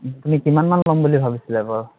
তুমি কিমানমান ল'ম বুলি ভাবিছিলে বাৰু